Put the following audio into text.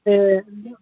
ते